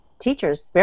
teachers